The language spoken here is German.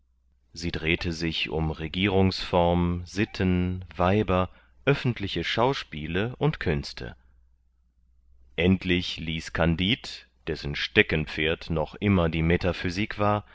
sie drehte sich um regierungsform sitten weiber öffentliche schauspiele und künste endlich ließ kandid dessen steckenpferd noch immer die metaphysik war